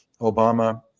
Obama